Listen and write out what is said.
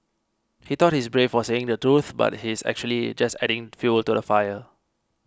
he thought he's brave for saying the truth but he's actually just adding fuel to the fire